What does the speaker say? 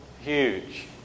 huge